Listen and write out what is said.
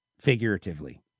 figuratively